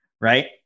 Right